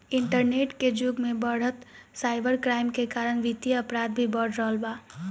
internet के जुग में बढ़त साइबर क्राइम के कारण वित्तीय अपराध भी बढ़ रहल बा